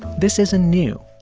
this isn't new.